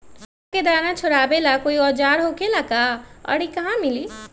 मक्का के दाना छोराबेला कोई औजार होखेला का और इ कहा मिली?